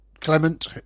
Clement